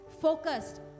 focused